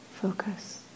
focus